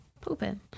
pooping